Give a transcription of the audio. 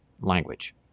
language